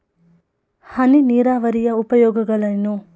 ಹನಿ ನೀರಾವರಿಯ ಉಪಯೋಗಗಳೇನು?